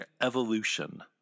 evolution